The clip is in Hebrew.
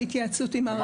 ובהתייעצות עם מערך הגיור.